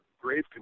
grave